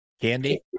Candy